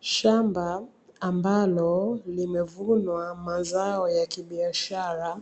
Shamba ambalo limevunwa mazao ya kibiashara,